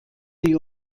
die